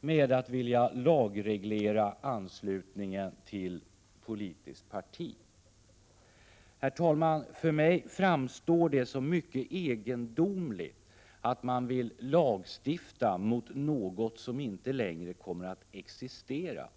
med att vilja lagreglera anslutningen till politiskt parti. Herr talman! För mig framstår det som mycket egendomligt att man vill lagstifta mot något som inte längre kommer att existera.